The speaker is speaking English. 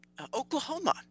Oklahoma